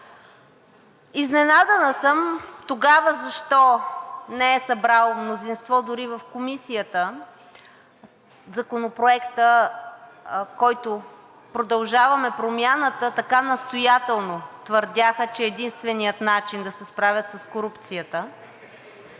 Изненадана съм тогава защо не е събрал мнозинство дори в Комисията Законопроектът, който „Продължаваме Промяната“ така настоятелно твърдяха, че е единственият начин да се справят с корупцията.